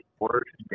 worst